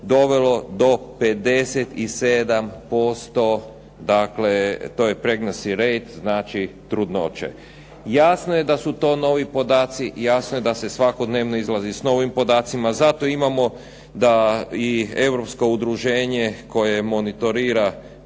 dovelo do 57% dakle, to je pregnance rate, znači trudnoće. Jasno je da su to novi podaci, jasno je da se svakodnevno izlazi s novim podacima, zato imamo da i europsko udruženje koje monitorira,